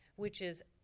which is,